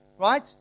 right